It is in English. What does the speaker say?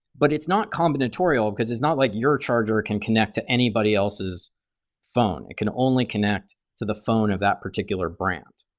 but it's not combinatorial, because it's not like your charger can connect to anybody else's phone. it can only connect to the phone of that particular brand.